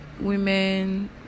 women